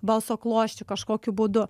balso klosčių kažkokiu būdu